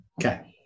Okay